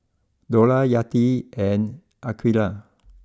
Dollah Yati and Aqeelah